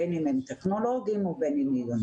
בין אם הם טכנולוגים או בין אם עיוניים.